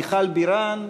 מיכל בירן,